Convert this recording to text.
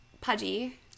Pudgy